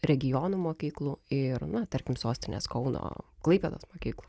regionų mokyklų ir na tarkim sostinės kauno klaipėdos mokyklų